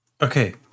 Okay